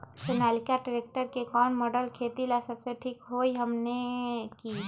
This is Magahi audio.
सोनालिका ट्रेक्टर के कौन मॉडल खेती ला सबसे ठीक होई हमने की?